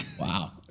Wow